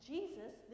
Jesus